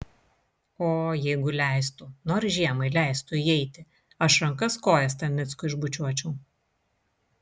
o jeigu leistų nors žiemai leistų įeiti aš rankas kojas tam mickui išbučiuočiau